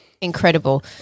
incredible